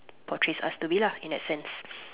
portrays us to be lah in that sense